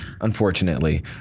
unfortunately